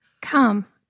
Come